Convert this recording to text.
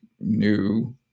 new